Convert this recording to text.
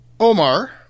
Omar